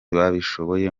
babishoboye